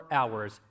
hours